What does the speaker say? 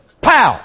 pow